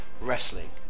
wrestling